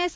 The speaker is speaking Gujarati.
એસ